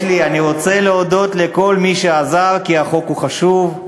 אני רוצה להודות לכל מי שעזר כי החוק חשוב.